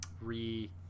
re